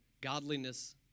godliness